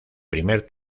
primer